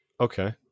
Okay